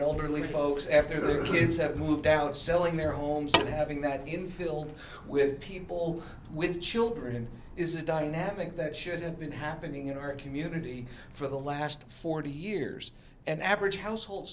elderly folks after the kids have moved out selling their homes and having that been filled with people with children is a dynamic that should have been happening in our community for the last forty years and average household